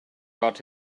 got